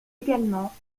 également